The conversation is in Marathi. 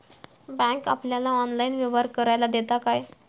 बँक आपल्याला ऑनलाइन व्यवहार करायला देता काय?